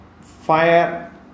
fire